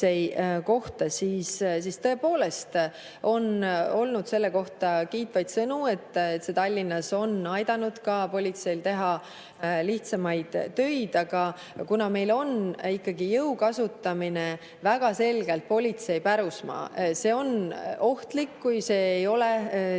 siis tõepoolest on olnud kiitvaid sõnu, et Tallinnas on aidatud politseil teha lihtsamaid töid. Aga meil on ikkagi jõu kasutamine väga selgelt politsei pärusmaa. On ohtlik, kui see ei ole